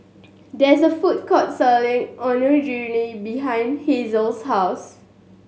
there is a food court selling Onigiri behind Hasel's house